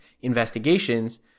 investigations